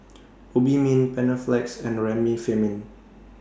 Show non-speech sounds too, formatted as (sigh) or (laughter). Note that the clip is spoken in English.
(noise) Obimin Panaflex and Remifemin